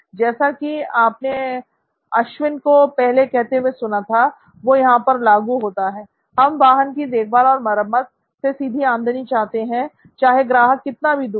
जैसा कि आपने अश्विन को पहले कहते हुए सुना था वो यहाँ पर लागू होता है हम वाहन की देखभाल और मरम्मत से सीधी आमदनी चाहते हैं चाहे ग्राहक कितना भी दूर हो